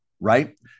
right